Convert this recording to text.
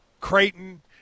Creighton